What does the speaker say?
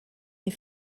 des